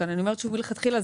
אומרת מלכתחילה,